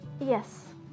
Yes